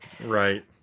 Right